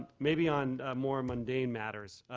maybe on more mundane matters,